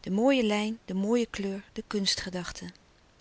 de mooie lijn de mooie kleur de